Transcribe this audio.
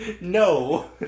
No